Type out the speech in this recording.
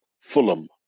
Fulham